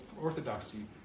orthodoxy